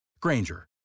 Granger